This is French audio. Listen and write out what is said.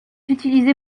utilisé